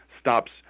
stops